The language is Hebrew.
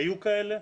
היו כאלה,